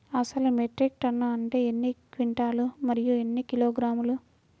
అసలు metric ton అంటే ఎన్ని క్వింటాలు మరియు ఎన్ని కిలోగ్రాములు?